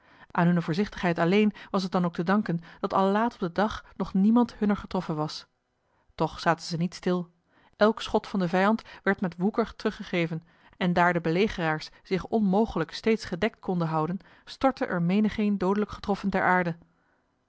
aan hunne voorzichtigheid alleen was het dan ook te danken dat al laat op den dag nog niemand hunner getroffen was toch zaten zij niet stil elk schot van den vijand werd met woeker teruggegeven en daar de belegeraars zich onmogelijk steeds gedekt konden houden stortte er menigeen doodelijk getroffen ter aarde